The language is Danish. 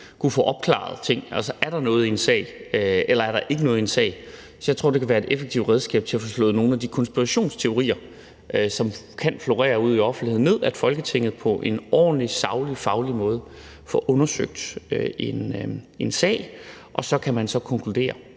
kunne få opklaret ting, altså om der er noget i en sag, eller om der ikke er noget i en sag. Så jeg tror, det kan være et rigtig effektivt redskab til at få slået nogle af de konspirationsteorier, som kan florere ude i offentligheden, ned, at Folketinget på en ordentlig, saglig, faglig måde får undersøgt en sag, og så kan man så drage en